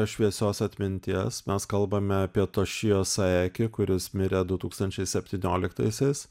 šviesios atminties mes kalbame apie tošijo saeki kuris mirė du tūkstančiai septynioliktaisiais